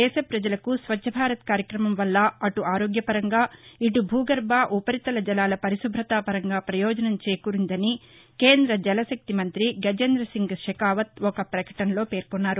దేశ ప్రజలకు స్వచ్చ్ భారత్ కార్యక్రమం వల్ల అటు ఆరోగ్యపరంగా ఇటు భూగర్బ ఉపరితల జలాల పరిశుభ్రతపరంగా ప్రయోజనం చేకూరిందని కేంద్ర జలశక్తి మంత్రి గజేందసింగ్ షకావత్ ఒక పకటనలో పేర్కొన్నారు